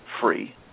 free